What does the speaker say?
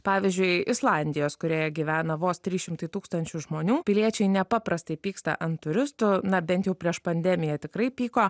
pavyzdžiui islandijos kurioje gyvena vos trys šimtai tūkstančių žmonių piliečiai nepaprastai pyksta ant turistų na bent jau prieš pandemiją tikrai pyko